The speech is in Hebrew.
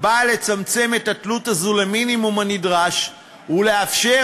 באה לצמצם את התלות הזו למינימום הנדרש ולאפשר